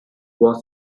was